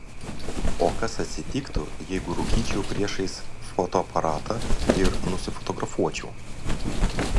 o kas atsitiktų jeigu rūkyčiau priešais fotoaparatą ir nusifotografuočiau